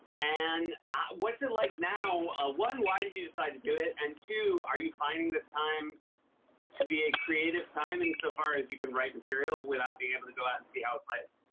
and what's it like now ah one, why did you decide to do it? and, two, are you finding this time to be a creative time, insofar as you can write material without being able to go out and see how it plays?